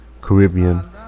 Caribbean